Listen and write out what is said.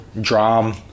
Drum